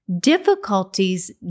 Difficulties